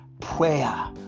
prayer